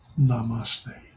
Namaste